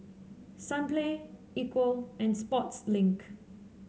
Sunplay Equal and Sportslink